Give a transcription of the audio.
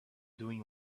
doing